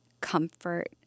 comfort